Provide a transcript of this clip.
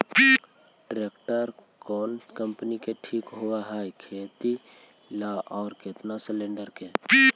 Tractor कोन company के ठीक होब है खेती ल औ केतना सलेणडर के?